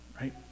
right